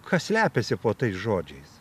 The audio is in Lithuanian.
kas slepiasi po tais žodžiais